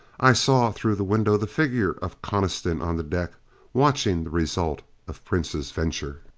i saw through the window the figure of coniston on the deck watching the result of prince's venture.